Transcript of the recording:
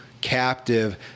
captive